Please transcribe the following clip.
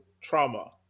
trauma